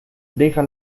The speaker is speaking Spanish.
deja